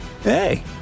Hey